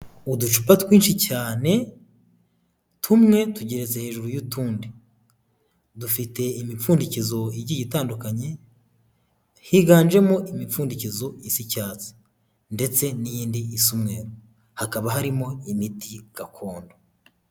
Uducupa twinshi cyane tumwe tugeretse hejuru y'utundi, dufite imipfundikizo igiye itandukanye higanjemo imipfundikizo isa icyatsi ndetse n'iyindi isa umweru, hakaba harimo imiti gakondo.